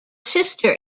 sister